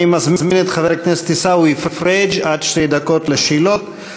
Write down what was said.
אני מזמין את חבר הכנסת עיסאווי פריג' עד שתי דקות לשאלה.